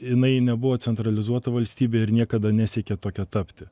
jinai nebuvo centralizuota valstybė ir niekada nesiekė tokia tapti